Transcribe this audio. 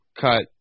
cut